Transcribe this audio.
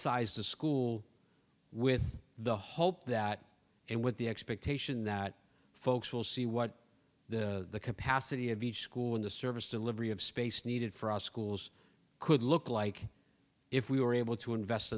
to school with the hope that and with the expectation that folks will see what the capacity of each school in the service delivery of space needed for our schools could look like if we were able to invest